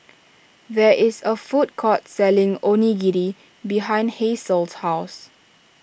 there is a food court selling Onigiri behind Hasel's house